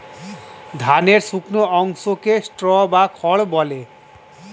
ধানের শুকনো অংশকে স্ট্র বা খড় বলে